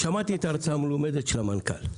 שמעתי את ההרצאה המלומדת של המנכ"ל.